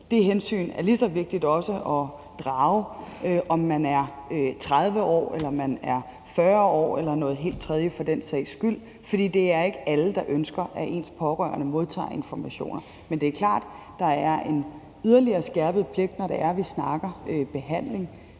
Det hensyn er lige så vigtigt at tage, hvad end man er 30 år eller man er 40 år eller noget helt tredje for den sags skyld, for det er ikke alle, der ønsker, at ens pårørende modtager informationer. Men det er klart, at der er en yderligere skærpet pligt, når vi snakker om behandling